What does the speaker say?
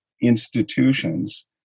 institutions